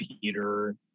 Peter